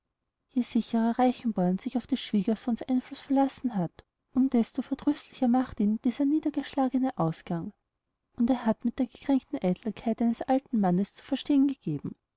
je sicherer reichenborn sich auf des schwiegersohnes einfluß verlassen hat um desto verdrüßlicher macht ihn dieser niederschlagende ausgang und er hat mit der gekränkten eitelkeit eines alten mannes zu verstehen gegeben